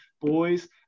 Boys